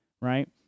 right